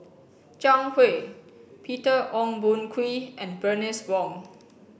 Zhang Hui Peter Ong Boon Kwee and Bernice Wong